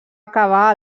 acabar